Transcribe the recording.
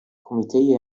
کمیته